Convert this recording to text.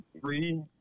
three